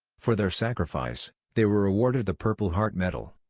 for their sacrifice, they were awarded the purple heart medal.